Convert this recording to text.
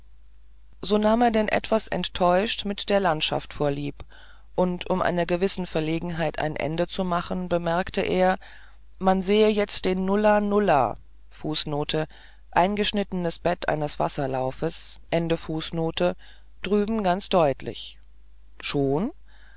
so nahm er denn etwas enttäuscht mit der landschaft vorlieb und um einer gewissen verlegenheit ein ende zu machen bemerkte er man sehe jetzt den nullahnullah eingeschnittenes bett eines wasserlaufes drüben ganz deutlich schon